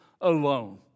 alone